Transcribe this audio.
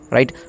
Right